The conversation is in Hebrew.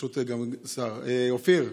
אופיר,